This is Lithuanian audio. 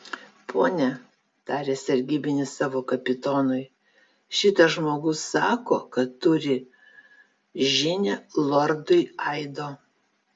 pone tarė sargybinis savo kapitonui šitas žmogus sako kad turi žinią lordui aido